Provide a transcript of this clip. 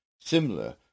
similar